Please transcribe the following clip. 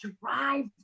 drive